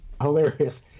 hilarious